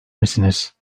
misiniz